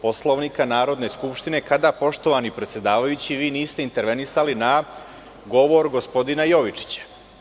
Poslovnika Narodne skupštine, kada poštovani predsedavajući, vi niste intervenisali na govor gospodina Jovičića.